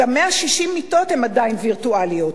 גם 160 מיטות הן עדיין וירטואליות.